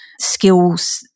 Skills